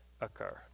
occur